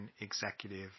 executive